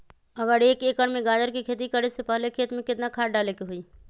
अगर एक एकर में गाजर के खेती करे से पहले खेत में केतना खाद्य डाले के होई?